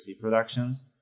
productions